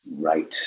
right